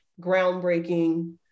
groundbreaking